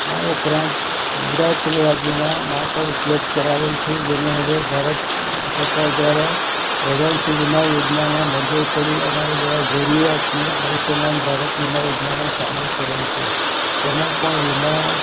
આ ઉપરાંત ગુજરાત રાજ્યમાં મા કાડ ઉપલબ્ધ કરાવેલ છે જેને હવે ભારત સરકાર દ્વારા પ્રધાન શ્રી વીમા યોજનામાં મર્જર કરી અમારા જેવા જરૂરિયાતને આયુષ્યમાન ભારત વીમા યોજનામાં સામેલ કરેલ છે તેમાં પણ વીમા